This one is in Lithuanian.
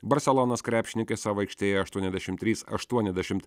barselonos krepšininkai savo aikštėje aštuoniasdešimt trys aštuoniasdešimt